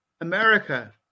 America